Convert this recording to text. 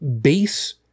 base